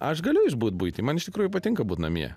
aš galiu išbūt buity man iš tikrųjų patinka būt namie